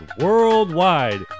worldwide